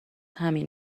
همین